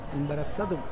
imbarazzato